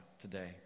today